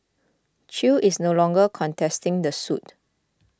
chew is no longer contesting the suit